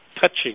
touching